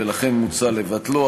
ולכן מוצע לבטלו.